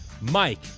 Mike